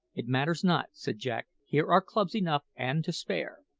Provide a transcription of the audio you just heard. it matters not, said jack here are clubs enough and to spare.